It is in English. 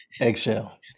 Eggshell